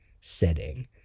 setting